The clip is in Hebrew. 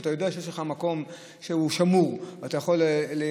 כשאתה יודע שיש לך מקום שמור ואתה יכול להטעין